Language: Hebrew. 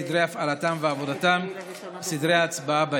סדרי הפעלתם ועבודתם וסדרי ההצבעה בהם,